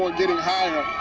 ah getting higher.